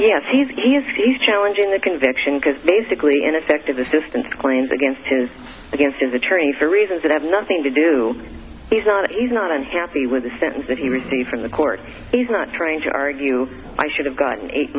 yes he's he's he's challenging the conviction because basically ineffective assistance claims against his against his attorney for reasons that have nothing to do he's not he's not unhappy with the sentence that he received from the court he's not trying to argue i should have gotten eight